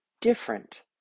different